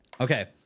Okay